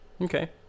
Okay